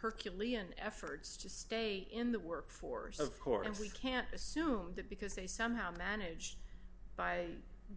hercules in efforts to stay in the workforce of course and we can't assume that because they somehow managed by